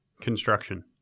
Construction